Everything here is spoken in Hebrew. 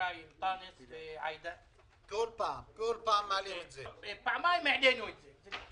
חבריי אנטאנס ועאידה, פעמיים העלינו את זה.